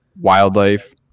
wildlife